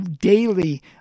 daily